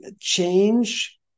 change